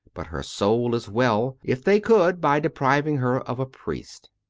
but her soul as well, if they could, by depriving her of a priest.